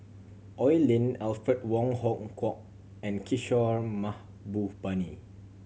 Oi Lin Alfred Wong Hong Kwok and Kishore Mahbubani